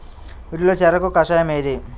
వీటిలో చెరకు కషాయం ఏది?